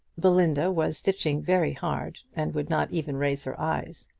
belinda was stitching very hard, and would not even raise her eyes.